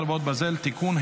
חרבות ברזל) (תיקון),